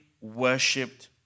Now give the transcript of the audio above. worshipped